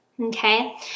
Okay